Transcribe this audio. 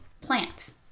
plants